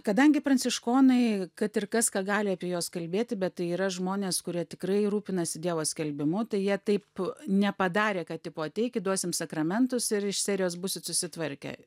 kadangi pranciškonai kad ir kas ką gali apie juos kalbėti bet tai yra žmonės kurie tikrai rūpinasi dievo skelbimu tai jie taip nepadarė kad tipo ateikit duosim sakramentus ir iš serijos būsit susitvarkę